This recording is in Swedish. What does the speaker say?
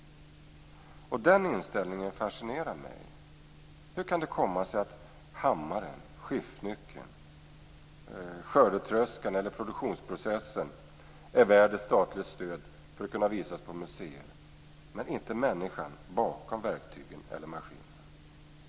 Den inställningen fascinerar mig. Hur kan det komma sig att hammaren, skiftnyckeln, skördetröskan eller produktionsprocessen är värda statligt stöd för att visas på museer men inte människan bakom verktygen eller maskinerna?